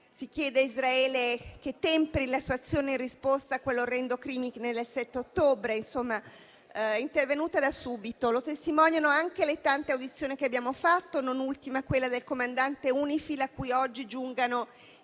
si chiede a Israele che temperi la sua azione in risposta a quell'orrendo crimine del 7 ottobre. Insomma, la Commissione è intervenuta da subito e lo testimoniano anche le tante audizioni che abbiamo fatto, non ultima quella del Comandante UNIFIL, a cui oggi giungano